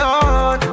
on